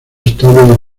estable